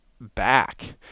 back